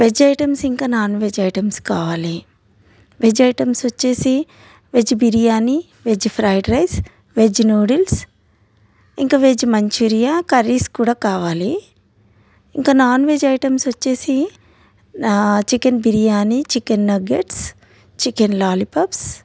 veg items ఇంకా non veg items కావాలి veg items వచ్చేసి veg biryani veg fried rice veg noodles ఇంకా veg Manchuria curries కూడా కావాలి ఇంకా నాన్ వెజ్ ఐటమ్స్ వచ్చేసి chicken biryani chicken nuggets chicken lollipops